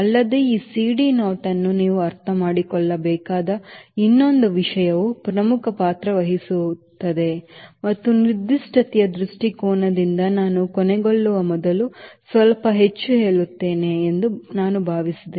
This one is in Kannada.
ಅಲ್ಲದೆ ಈ CD Naughtಯನ್ನು ನೀವು ಅರ್ಥಮಾಡಿಕೊಳ್ಳಬೇಕಾದ ಇನ್ನೊಂದು ವಿಷಯವು ಪ್ರಮುಖ ಪಾತ್ರ ವಹಿಸುವು ಮತ್ತು ನಿರ್ದಿಷ್ಟತೆಯ ದೃಷ್ಟಿಕೋನದಿಂದ ನಾನು ಕೊನೆಗೊಳ್ಳುವ ಮೊದಲು ಸ್ವಲ್ಪ ಹೆಚ್ಚು ಹೇಳುತ್ತೇನೆ ಎಂದು ನಾನು ಭಾವಿಸಿದೆ